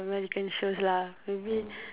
American shows lah maybe